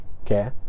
okay